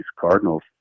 Cardinals